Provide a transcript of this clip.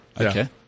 Okay